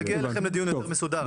זה יגיע אליכם לדיון מסודר.